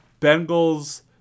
Bengals